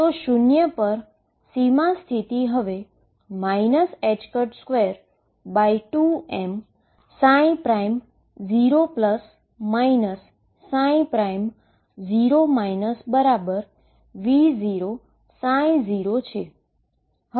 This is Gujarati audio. તેથીશુન્ય પર બાઉન્ડ સ્ટેટ હવે 22m0 0 V0ψ છે